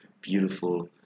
beautiful